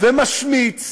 ומשמיץ